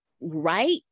right